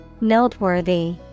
noteworthy